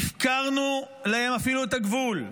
הפקרנו להם אפילו את הגבול,